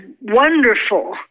wonderful